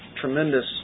tremendous